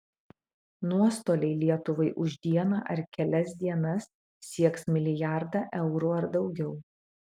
nuostoliai lietuvai už dieną ar kelias dienas sieks milijardą eurų ar daugiau